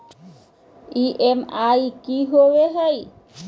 EMI की होवे है?